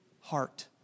heart